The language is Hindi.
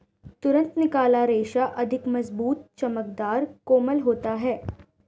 तुरंत निकाला रेशा अधिक मज़बूत, चमकदर, कोमल होता है